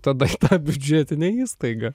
tada į tą biudžetinę įstaigą